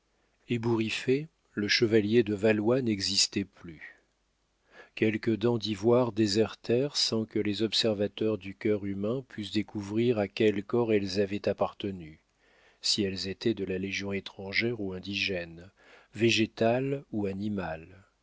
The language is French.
ébouriffé le chevalier de valois n'existait plus quelques dents d'ivoire désertèrent sans que les observateurs du cœur humain pussent découvrir à quel corps elles avaient appartenu si elles étaient de la légion étrangère ou indigènes végétales ou animales